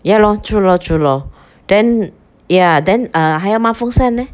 ya lor true lor true lor then yah then err 还要抹风扇 eh